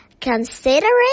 considering